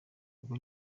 ubwo